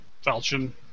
falchion